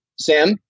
Sam